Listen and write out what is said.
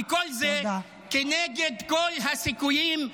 כי כל זה כנגד כל הסיכויים,